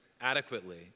adequately